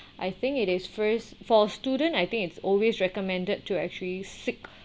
I think it is first for student I think it's always recommended to actually seek